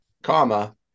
Comma